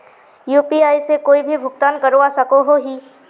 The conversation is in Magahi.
यु.पी.आई से कोई भी भुगतान करवा सकोहो ही?